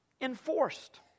enforced